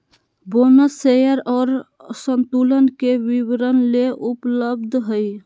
bonus share और संतुलन के वितरण ले उपलब्ध हइ